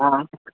हा